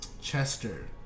Chester